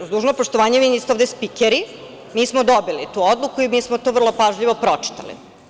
Uz dužno poštovanje, vi niste ovde spikeri, mi smo dobili tu odluku i mi smo to vrlo pažljivo pročitali.